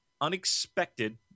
unexpected